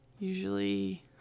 usually